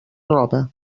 roba